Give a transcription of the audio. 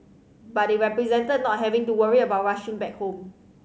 but it represented not having to worry about rushing back home